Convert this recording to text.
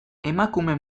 emakume